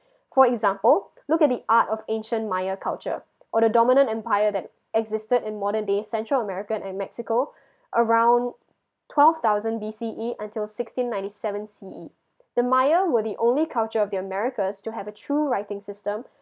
for example look at the art of ancient maya culture or the dominant empire that existed in modern day central america and mexico around twelve thousand B_C_E until sixteen ninety seven C_E the maya were the only culture of the americans to have a true writing system